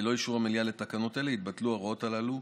ללא אישור המליאה לתקנות אלה יתבטלו ההוראות הללו.